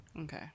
Okay